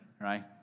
right